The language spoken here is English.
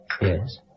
Yes